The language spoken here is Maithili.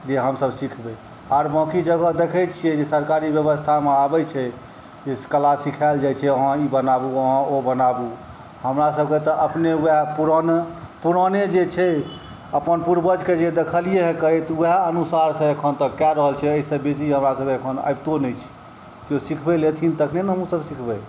जे हमसब सिखबै आओर बाँकि जगह देखै छिए जे सरकारी बेबस्थामे आबै छै जे कला सिखाएल जाइ छै जे अहाँ ई बनाबू अहाँ ओ बनाबू हमरासबके तऽ अपने वएह पुरान पुराने जे छै अपन पूर्वजके जे देखलिए हँ करैत वएह अनुसारसँ एखन तक कऽ रहल छी एहिसँ बेसी हमरासबके एखन आबितो नहि छै केओ सिखबैलए औथिन तबे ने हमहूँसब सिखबै